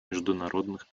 международных